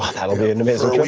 ah that will be an amazing